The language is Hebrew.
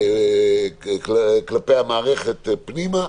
כלפי המערכת פנימה.